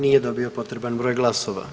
Nije dobio potreban broj glasova.